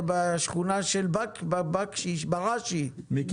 בשכונה של בראשי, בבית כנסת.